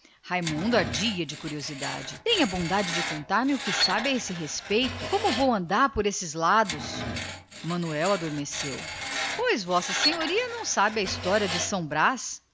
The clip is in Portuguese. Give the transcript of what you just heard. o outro ardia de curiosidade tenha então a bondade de contar ma pediu assentando se como vou andar por essas bandas manuel adormeceu pois v s a não sabe a história de são brás